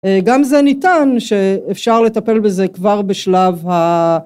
גם זה ניתן שאפשר לטפל בזה כבר בשלב